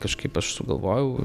kažkaip aš sugalvojau